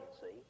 see